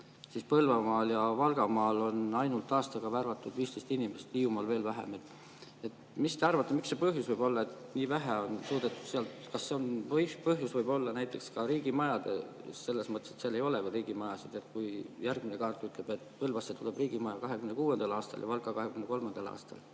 et] Põlvamaal ja Valgamaal on aastaga värvatud ainult 15 inimest, Hiiumaal veel vähem. Mis te arvate, mis see põhjus võib olla, et nii vähe on suudetud [värvata]? Kas põhjus võib olla näiteks riigimajades? Selles mõttes, et seal ei ole riigimajasid. Järgmine kaart ütleb, et Põlvasse tuleb riigimaja 2026. aastal ja Valka 2023. aastal.